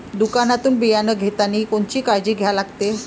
दुकानातून बियानं घेतानी कोनची काळजी घ्या लागते?